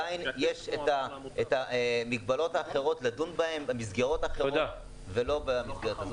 עדיין יש מסגרות האחרות לדון בהן ולא המסגרת הזאת.